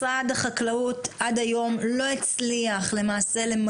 משרד החקלאות עד היום לא הצליח למגר,